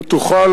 ואם תוכל,